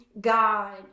God